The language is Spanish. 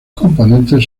componentes